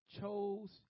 chose